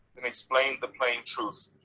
and explained the plain truth.